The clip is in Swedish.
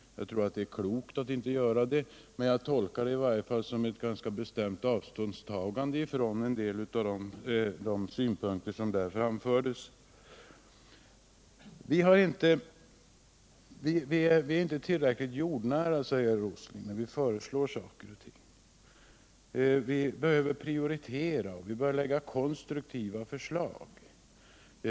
Jag tror det var klokt att inte göra det, men jag tolkar det i varje fall som ett ganska bestämt avståndstagande från en del av de synpunkter som där framfördes. Vi är inte tillräckligt jordnära när vi föreslår saker och ting, säger Nils Åsling vidare, utan vi behöver prioritera, och vi bör också lägga fram konstruktiva förslag.